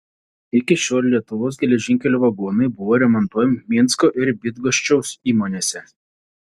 iki šiol lietuvos geležinkelių vagonai buvo remontuojami minsko ir bydgoščiaus įmonėse